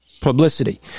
publicity